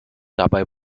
dabei